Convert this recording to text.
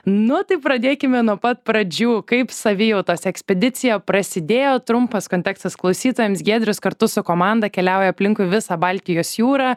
nu tai pradėkime nuo pat pradžių kaip savijautos ekspedicija prasidėjo trumpas kontekstas klausytojams giedrius kartu su komanda keliauja aplinkui visą baltijos jūrą